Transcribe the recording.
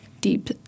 deep